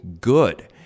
good